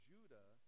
Judah